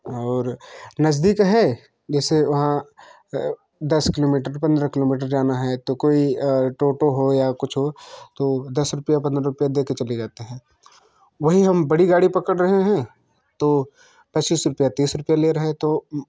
और नज़दीक है जैसे वहाँ दस किलोमीटर पंद्रह किलोमीटर जाना है तो कोई टोटो हो या कुछ हो तो दस रुपये पंद्रह रुपये दे कर चले जाते हैं वही हम बड़ी गाड़ी पकड़ रहे हैं तो पच्चीस रुपये तीस रुपये ले रहे हैं तो